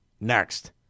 next